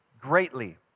greatly